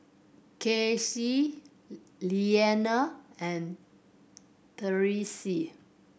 Kaycee Lilianna and Tyreese